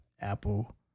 Apple